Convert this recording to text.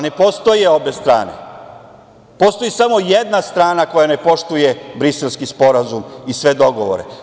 Ne postoje obe strane, postoji samo jedna strana koja ne poštuje Briselski sporazum i sve dogovore.